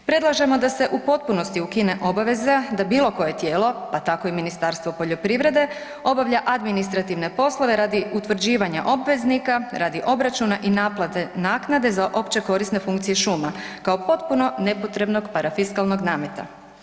Predlažemo da se u potpunosti ukine obaveza da bilo koje tijelo, pa tako i Ministarstvo poljoprivrede obavlja administrativne poslove radi utvrđivanja obveznika, radi obračuna i naplate naknade za opće korisne funkcije šuma kao potpuno nepotrebnog parafiskalnog nameta.